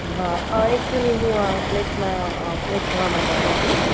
હા એકચ્યુલી હું આ ફ્લેટમાં ફ્લેટ જોવા માટે આવી તી